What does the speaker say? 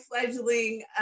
fledgling